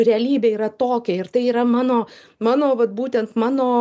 realybė yra tokia ir tai yra mano mano vat būtent mano